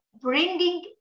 bringing